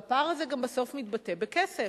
והפער הזה בסוף גם מתבטא בכסף.